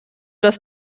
dass